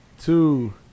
two